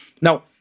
Now